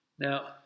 Now